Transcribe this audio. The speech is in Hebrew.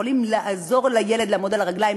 יכולים לעזור לילד לעמוד על הרגליים,